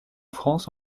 france